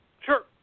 Sure